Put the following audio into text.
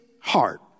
heart